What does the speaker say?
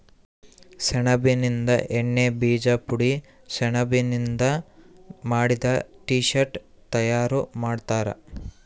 ಸೆಣಬಿನಿಂದ ಎಣ್ಣೆ ಬೀಜ ಪುಡಿ ಸೆಣಬಿನಿಂದ ಮಾಡಿದ ಟೀ ಶರ್ಟ್ ತಯಾರು ಮಾಡ್ತಾರ